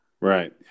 Right